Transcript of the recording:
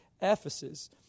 Ephesus